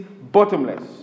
bottomless